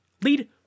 Lead